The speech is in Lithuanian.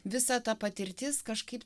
visa ta patirtis kažkaip